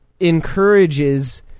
encourages